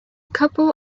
couple